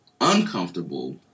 uncomfortable